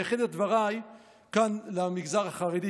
אני אייחד את דבריי כאן למגזר החרדי.